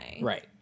Right